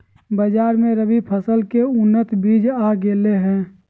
बाजार मे रबी फसल के उन्नत बीज आ गेलय हें